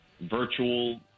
virtual